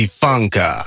funka